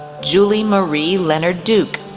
julie marie leonard-duke,